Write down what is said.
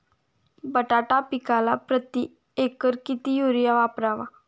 बटाटा पिकाला प्रती एकर किती युरिया वापरावा?